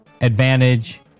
advantage